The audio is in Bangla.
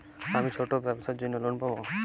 আমি ছোট ব্যবসার জন্য লোন পাব?